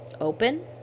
open